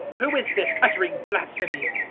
who is this, uttering blasphemies?